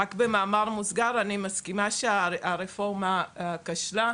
רק במאמר מוסגר אני מסכימה שהרפורמה כשלה.